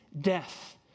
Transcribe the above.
death